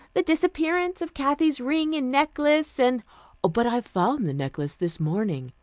the disappearance of kathy's ring and necklace, and but i found the necklace this morning,